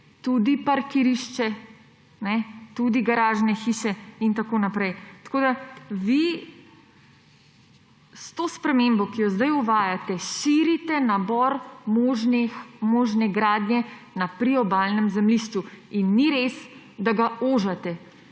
tudi parkirišče, tudi garažne hiše in tako naprej. Tako da vi s to spremembo, ki jo zdaj uvajate, širite nabor možne gradnje na priobalnem zemljišču. In ni res, da ga ožate.